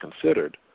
considered